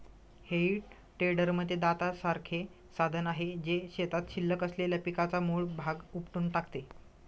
हेई टेडरमध्ये दातासारखे साधन आहे, जे शेतात शिल्लक असलेल्या पिकाचा मूळ भाग उपटून टाकते